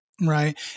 right